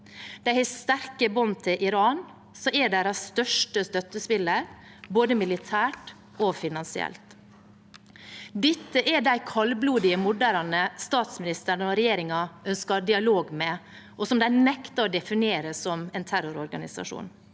De har sterke bånd til Iran, som er deres største støttespiller, både militært og finansielt. Dette er de kaldblodige morderne statsministeren og regjeringen ønsker dialog med, og som de nekter å definere som en terrororganisasjon.